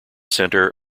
center